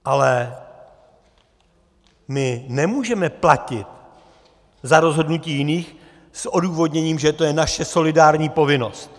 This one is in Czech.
Ale my nemůžeme platit za rozhodnutí jiných s odůvodněním, že to je naše solidární povinnost.